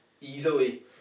easily